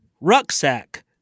rucksack